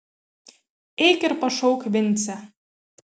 eik ir pašauk vincę